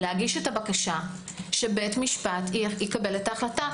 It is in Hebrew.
להגיש את הבקשה שבית המשפט יקבל את ההחלטה.